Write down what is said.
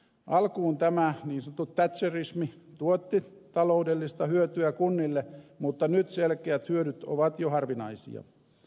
alkuun tämä niin sanottu thatcherismi tuotti taloudellista hyötyä kunnille mutta nyt selkeät hyödyt ovat jo harvinaisia